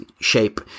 shape